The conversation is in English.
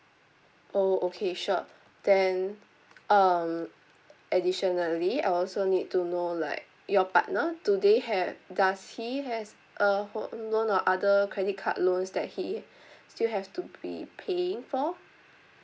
oh okay sure then um additionally I also need to know like your partner do they have does he has uh home loan or other credit card loans that he still have to be paying for